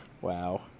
wow